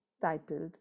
titled